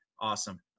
awesome